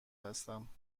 هستم